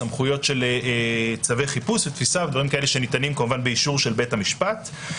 סמכויות של צווי חיפוש ותפיסה שניתנים באישור בית המשפט.